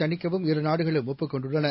தணிக்கவும் இரு நாடுகளும் ஒப்புக் கொண்டுள்ளன